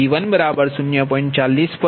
u xT10